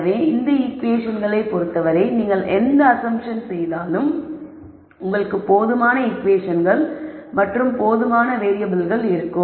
எனவே இந்த ஈகுவேஷன்களைப் பொருத்தவரை நீங்கள் எந்த அஸம்ப்ஷன் செய்தாலும் உங்களுக்கு போதுமான ஈகுவேஷன்கள் மற்றும் போதுமான வேறியபிள்கள் இருக்கும்